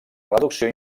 reducció